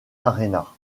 arena